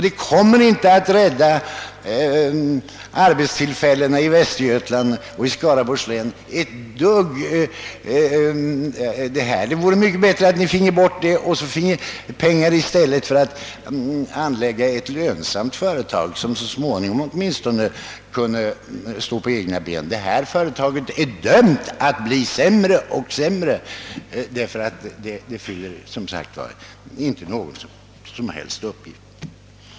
Det kommer inte att rädda några arbetstillfällen i Västergötland och Skaraborgs län. Det vore mycket bättre att få bort det och att i stället använda pengarna till att anlägga ett lönsamt företag, som så småningom kan stå på egna ben. Detta företag är dömt att bli sämre och sämre, därför att det inte fyller någon som helst uppgift.